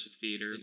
theater